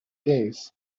days